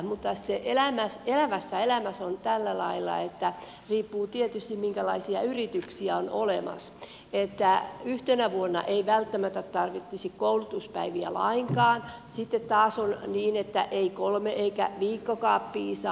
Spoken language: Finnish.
mutta sitten elävässä elämässä on tällä lailla riippuu tietysti siitä minkälaisia yrityksiä on olemassa että yhtenä vuonna ei välttämättä tarvitsisi koulutuspäiviä lainkaan sitten taas on niin että ei kolme päivää eikä viikkokaan piisaa